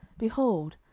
behold,